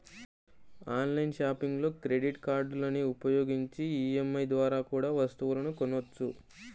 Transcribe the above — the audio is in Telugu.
ఆన్లైన్ షాపింగ్లో క్రెడిట్ కార్డులని ఉపయోగించి ఈ.ఎం.ఐ ద్వారా కూడా వస్తువులను కొనొచ్చు